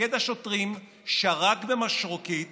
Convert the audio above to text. מפקד השוטרים שרק במשרוקית